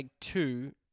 two